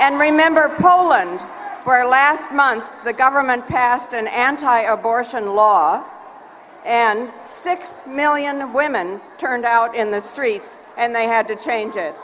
and remember poland where last month the government passed an anti abortion law and six million women turned out in the streets and they had to change it